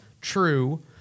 True